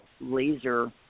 laser